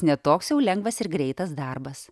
ne toks jau lengvas ir greitas darbas